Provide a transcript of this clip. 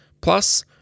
plus